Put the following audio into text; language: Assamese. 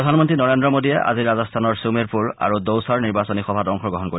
প্ৰধানমন্ত্ৰী নৰেন্দ্ৰ মোদীয়ে আজি ৰাজস্থানৰ সুমেৰপুৰ আৰু দৌচাৰ নিৰ্বাচনী সভাত অংশগ্ৰহণ কৰিব